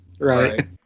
right